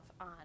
on